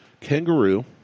Kangaroo